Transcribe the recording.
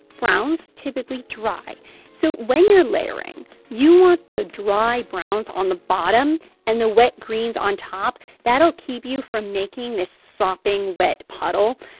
browns typically dry so when you're layering, you want the dry browns on the bottom and the wet greens on top. that'll keep you from making this sopping, wet puddle.